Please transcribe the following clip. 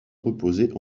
reposer